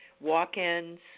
walk-ins